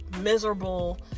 miserable